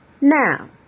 Now